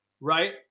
Right